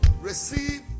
receive